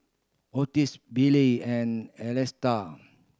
Ottis Bailee and Electa